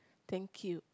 thank you